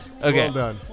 Okay